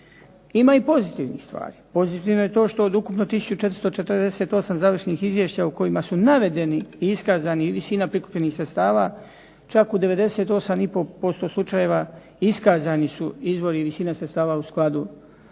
Ima i pozitivnih stvari. Pozitivno je to što od ukupno 1448 završnih izvješća u kojima su navedeni i iskazani visina prikupljenih sredstava čak u 98,5% slučajeva iskazani su izvori i visina sredstava u skladu